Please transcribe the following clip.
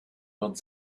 dort